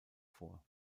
vor